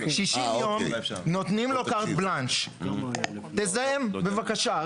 60 יום נותנים לו קארט בלאנש, תזהם בבקשה.